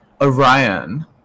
Orion